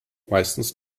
meistens